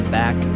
back